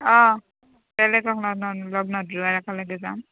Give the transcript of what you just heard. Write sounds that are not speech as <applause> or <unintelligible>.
অঁ বেলেগক ল'গ <unintelligible> ল'গ নধৰো আৰু একেলগে যাম